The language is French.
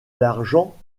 l’argent